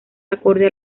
acorde